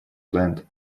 planned